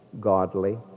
godly